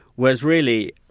whereas really,